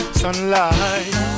sunlight